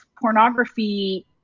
pornography